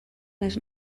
les